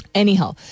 anyhow